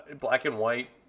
black-and-white